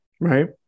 right